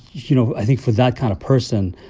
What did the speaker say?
you know, i think for that kind of person,